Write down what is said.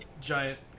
giant